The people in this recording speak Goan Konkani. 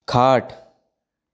खाट